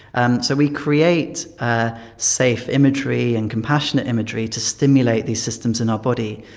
and so we create ah safe imagery and compassionate imagery to stimulate these systems in our body.